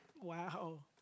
Wow